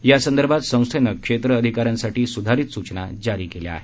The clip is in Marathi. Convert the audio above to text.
यासंदर्भात संस्थेनं क्षेत्र अधिकाऱ्यांसाठी सुधारित सूचना जारी केल्या आहेत